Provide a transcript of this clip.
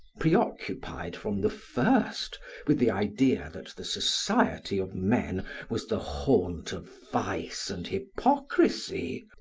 preoccupied from the first with the idea that the society of men was the haunt of vice and hypocrisy,